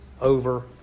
over